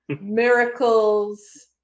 miracles